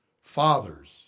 Fathers